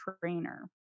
trainer